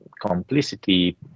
complicity